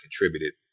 contributed